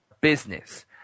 business